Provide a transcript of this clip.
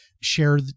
share